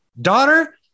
daughter